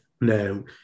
No